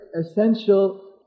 essential